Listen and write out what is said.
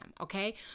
okay